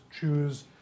choose